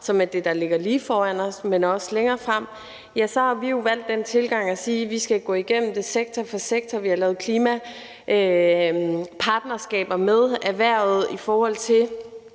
som er det, der ligger lige foran os, men også det, der ligger længere fremme – så har vi jo valgt den tilgang at sige, at vi skal gå det igennem sektor for sektor. Vi har lavet klimapartnerskaber med erhvervet for at